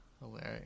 hilarious